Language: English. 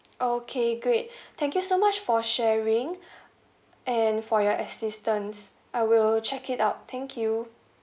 okay great thank you so much for sharing and for your assistance I will check it out thank you